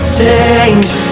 change